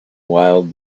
mild